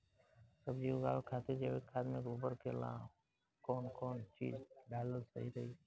सब्जी उगावे खातिर जैविक खाद मे गोबर के अलाव कौन कौन चीज़ डालल सही रही?